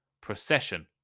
Procession